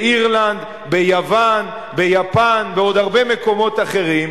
באירלנד, ביוון, ביפן, בעוד הרבה מקומות אחרים.